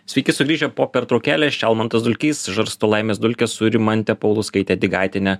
sveiki sugrįžę po pertraukėlės čia almantas dulkys žarsto laimės dulkes su rimante paulauskaite digaitiene